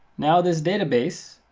now this database,